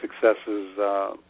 successes